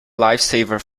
lifesaver